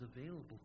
available